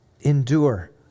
Endure